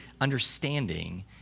understanding